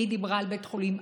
והיא דיברה על בית חולים-על,